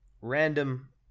random